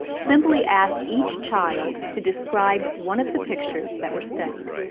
simply ask each child to describe one of the pictures that were studied.